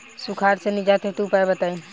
सुखार से निजात हेतु उपाय बताई?